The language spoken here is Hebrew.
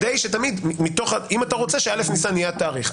אם אתה רוצה שא' ניסן יהיה התאריך,